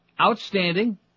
Outstanding